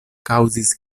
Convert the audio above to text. kaŭzis